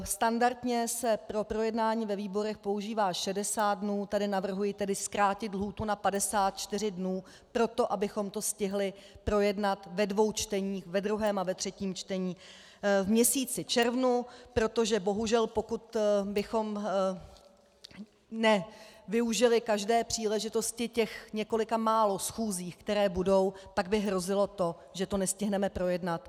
Standardně se pro projednání ve výborech používá 60 dnů, tady navrhuji zkrátit lhůtu na 54 dnů pro to, abychom to stihli projednat ve dvou čteních, ve druhém a třetím čtení v měsíci červnu, protože bohužel pokud bychom nevyužili každé příležitosti několika málo schůzí, které budou, tak by hrozilo, že to nestihneme projednat.